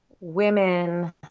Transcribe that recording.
women